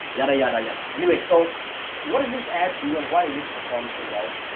yada, yada, yada anyway. so what does this ad do and why did it perform so well?